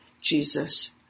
Jesus